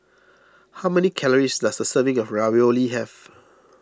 how many calories does a serving of Ravioli have